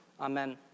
Amen